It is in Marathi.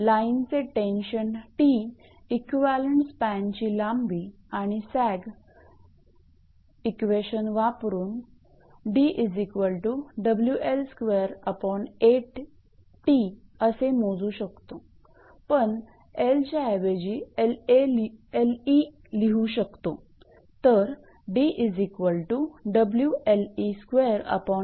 म्हणून लाईनचे टेन्शन 𝑇 इक्विवलेंट स्पॅनची लांबी आणि सॅग इक्वेशन वापरून असे मोजू शकतो पण 𝐿 च्या ऐवजी 𝐿𝑒लिहू शकतो